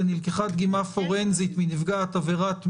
ל"נלקחה דגימה פורנזית מנפגעת עבירת מין".